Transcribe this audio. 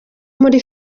muri